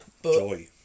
Joy